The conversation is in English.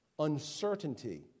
uncertainty